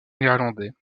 néerlandais